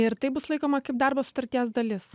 ir tai bus laikoma kaip darbo sutarties dalis